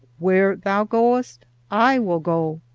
where thou goest i will go.